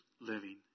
living